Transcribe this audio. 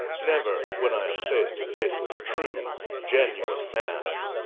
never when i am face to face with a true, genuine man.